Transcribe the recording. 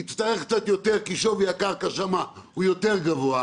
היא תצטרך קצת יותר כי שווי הקרקע שם הוא יותר גבוה.